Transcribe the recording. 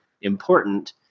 important